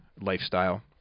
lifestyle